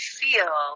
feel